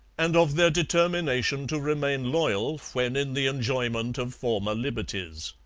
and of their determination to remain loyal when in the enjoyment of former liberties.